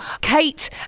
Kate